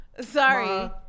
Sorry